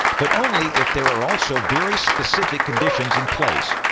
but only if there are also very specific conditions in place,